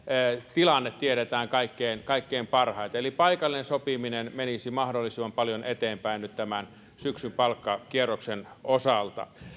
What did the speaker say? tilanne tiedetään kaikkein kaikkein parhaiten eli paikallinen sopiminen menisi mahdollisimman paljon eteenpäin nyt tämän syksyn palkkakierroksen osalta